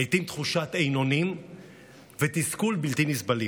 לעיתים תחושות האין-אונים והתסכול בלתי נסבלות.